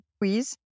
quiz